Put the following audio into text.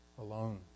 alone